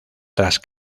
tras